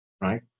right